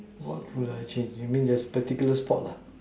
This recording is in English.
what will I change you mean there's particular sport lah